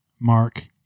Mark